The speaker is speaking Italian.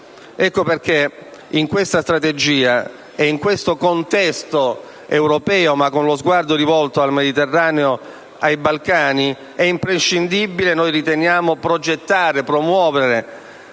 Ecco perché in questa strategia e in questo contesto europeo, ma con lo sguardo rivolto al Mediterraneo e ai Balcani, riteniamo imprescindibile progettare, promuovere,